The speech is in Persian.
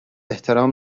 احترام